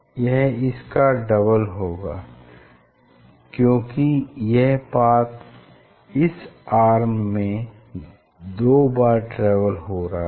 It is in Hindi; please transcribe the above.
यह इसका डबल होगा क्योंकि यह पाथ इस आर्म में दो बार ट्रेवल हो रहा है